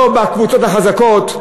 לא בקבוצות החזקות.